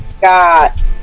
got